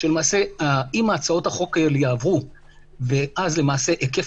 שאם הצעות החוק האלה יעברו ואז היקף